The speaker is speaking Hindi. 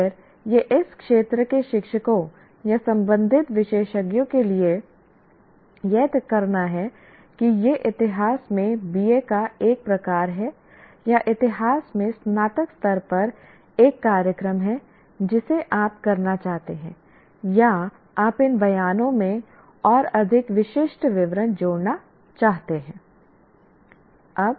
फिर यह इस क्षेत्र के शिक्षकों या संबंधित विशेषज्ञों के लिए यह तय करना है कि यह इतिहास में BA का एक प्रकार है या इतिहास में स्नातक स्तर पर एक कार्यक्रम है जिसे आप करना चाहते हैं या आप इन बयानों में और अधिक विशिष्ट विवरण जोड़ना चाहते हैं